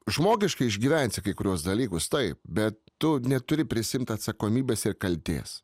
žmogiškai išgyvensi kai kuriuos dalykus taip bet tu neturi prisiimt atsakomybės ir kaltės